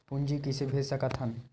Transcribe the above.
पूंजी कइसे भेज सकत हन?